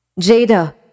Jada